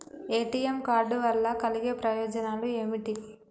ATM card వల్ల కలిగే ప్రయోజనాలు ఏమిటి?